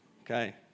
Okay